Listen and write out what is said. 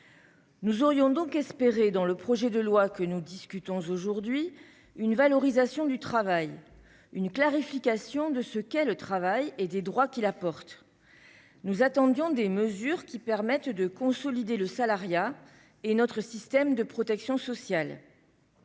Nous espérions donc dans ce projet de loi une valorisation du travail, une clarification de ce qu'est le travail et des droits qu'il apporte. Nous attendions des mesures permettant de consolider le salariat et notre système de protection sociale.